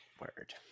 word